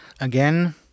Again